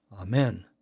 Amen